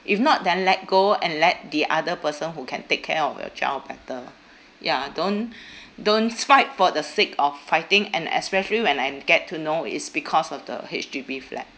if not then let go and let the other person who can take care of your child better ya don't don't s~ fight for the sake of fighting and especially when I get to know is because of the H_D_B flat